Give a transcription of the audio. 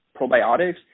probiotics